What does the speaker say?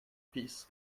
piece